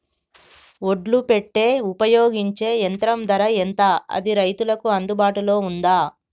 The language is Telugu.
ఒడ్లు పెట్టే ఉపయోగించే యంత్రం ధర ఎంత అది రైతులకు అందుబాటులో ఉందా?